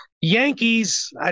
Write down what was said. Yankees